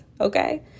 okay